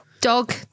Dog